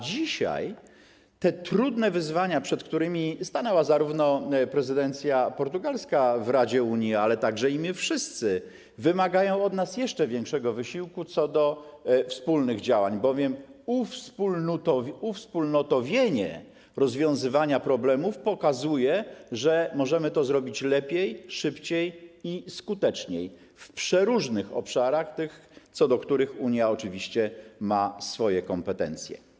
Dzisiaj te trudne wyzwania, przed którymi stanęła prezydencja portugalska w Radzie Unii i przed którymi stanęliśmy wszyscy, wymagają od nas jeszcze większego wysiłku co do wspólnych działań, bowiem uwspólnotowienie rozwiązywania problemów pokazuje, że możemy to zrobić lepiej, szybciej i skuteczniej w przeróżnych obszarach, tych, co do których Unia oczywiście ma kompetencje.